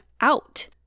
out